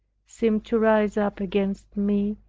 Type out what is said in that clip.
seemed to rise up against me,